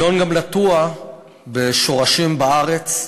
ינון גם נטוע בשורשים בארץ,